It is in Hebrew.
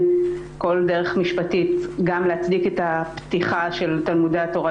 כל דרך משפטית גם להצדיק את הפתיחה של תלמודי התורה,